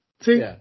See